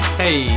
Hey